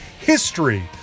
history